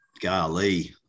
Golly